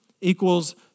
equals